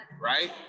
Right